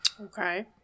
Okay